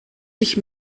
sich